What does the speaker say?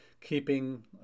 keeping